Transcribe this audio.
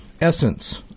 essence